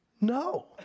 No